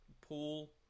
pool